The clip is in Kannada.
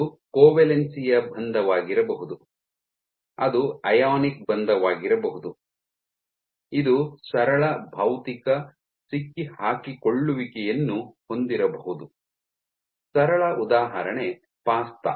ಅದು ಕೋವೆಲನ್ಸಿ ಯ ಬಂಧವಾಗಿರಬಹುದು ಅದು ಅಯಾನಿಕ್ ಬಂಧವಾಗಿರಬಹುದು ಇದು ಸರಳ ಭೌತಿಕ ಸಿಕ್ಕಿಹಾಕಿಕೊಳ್ಳುವಿಕೆಯನ್ನು ಹೊಂದಿರಬಹುದು ಸರಳ ಉದಾಹರಣೆ ಪಾಸ್ಟಾ